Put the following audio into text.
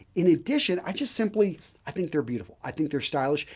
in addition, i just simply i think they're beautiful, i think they're stylish,